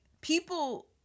people